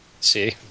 See